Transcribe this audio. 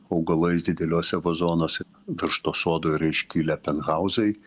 augalais dideliuose vazonuose virš to sodo yra iškilę penthauzai